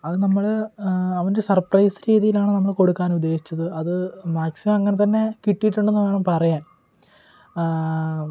അത് നമ്മൾ അവനൊരു സർപ്രൈസ് രീതിയിലാണ് നമ്മൾ കൊടുക്കാനുദ്ദേശിച്ചത് അത് മാക്സിമം അങ്ങനെ തന്നെ കിട്ടീട്ടുണ്ടെന്ന് വേണം പറയാൻ